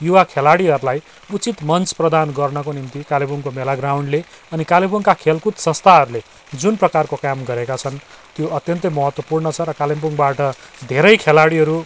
युवा खेलाडीहरूलाई उचित मञ्च प्रदान गर्नको निम्ति कालेबुङको मेला ग्राउन्डले अनि कालेबुङको खेलकुद संस्थाहरूले जुन प्रकारको काम गरेका छन् त्यो अत्यन्त महत्त्वपूर्ण छ र कालिम्पोङबाट धेरै खेलाडीहरू